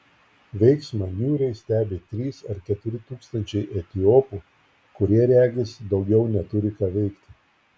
veiksmą niūriai stebi trys ar keturi tūkstančiai etiopų kurie regis daugiau neturi ką veikti